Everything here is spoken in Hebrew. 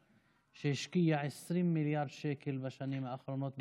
והתגאה שהשקיע 20 מיליארד שקל בשנים האחרונות בחברה הערבית.